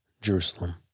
Jerusalem